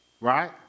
right